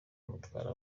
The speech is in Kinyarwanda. mutwara